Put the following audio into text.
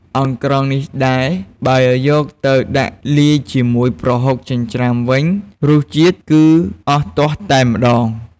អង្រ្កងនេះដែរ បើយកទៅដាក់លាយជាមួយប្រហុកចិញ្រ្ចាំវិញ រសជាតិគឺអស់ទាស់តែម្ដង។